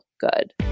good